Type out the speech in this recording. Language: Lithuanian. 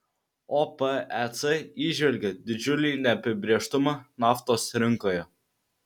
opec įžvelgia didžiulį neapibrėžtumą naftos rinkoje